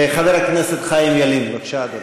חבר הכנסת חיים ילין, בבקשה, אדוני.